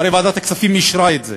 הרי ועדת הכספים אישרה את זה,